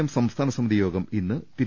M സംസ്ഥാന സമിതി യോഗം ഇന്ന് തിരു